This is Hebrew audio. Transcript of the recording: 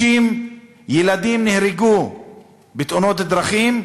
60 ילדים נהרגו בתאונות דרכים,